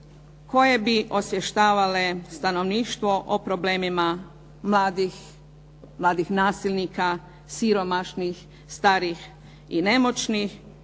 koje bi osvještavale stanovništvo o problemima mladih nasilnika, siromašnih, starijih i nemoćnih,